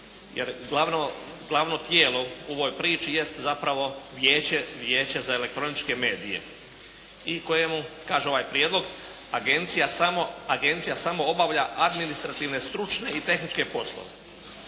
Jer glavno tijelo u ovoj priči jest zapravo Vijeće za elektroničke medije. I kojemu, kaže ovaj Prijedlog: Agencija samo, agencija samo obavlja administrativne stručne i tehničke poslove.